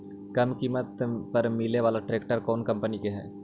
कम किमत पर मिले बाला ट्रैक्टर कौन कंपनी के है?